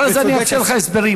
אחרי זה אני אאפשר לך הסברים.